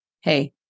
hey